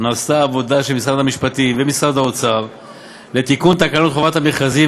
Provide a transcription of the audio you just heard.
נעשתה עבודה של משרד המשפטים ומשרד האוצר לתיקון תקנות חובת המכרזים